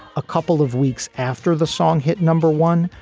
a couple of weeks after the song hit, number one,